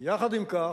יחד עם כך,